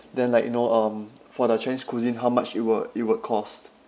then like you know um for the chinese cuisine how much it will it will cost